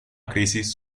crisis